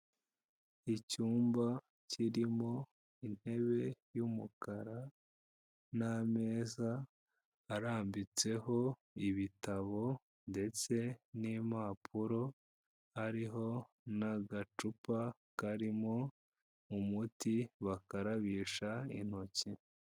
Icyumba kirimo intebe y'umukara n'ameza arambitseho ibitabo ndetse n'impapuro, hariho n'agacupa karimo umuti bakarabisha intoki.